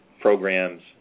programs